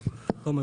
כן,